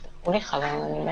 סליחה,